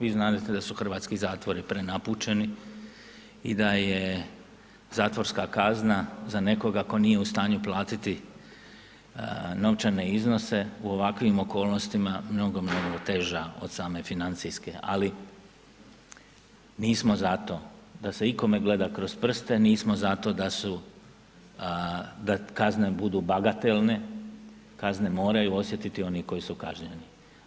Vi znadete da su hrvatski zatvori prenapučeni i da je zatvorska kazna za nekoga tko nije u stanju platiti novčane iznose u ovakvim okolnostima mnogo, mnogo teža od same financijske, ali nismo za to da se ikome gleda kroz prste, nismo za to da kazne budu bagatelne, kazne moraju osjetiti oni koji su kažnjeni.